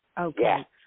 Okay